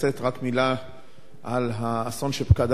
רק מלה על האסון שפקדנו,